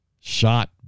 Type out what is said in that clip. shot